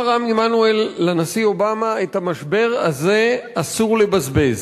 לנשיא אובמה: את המשבר הזה אסור לבזבז.